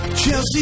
Chelsea